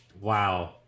wow